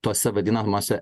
tose vadinamose